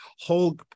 whole